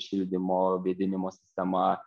šildymo vėdinimo sistema